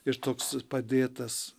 ir toks padėtas